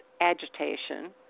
agitation